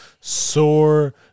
sore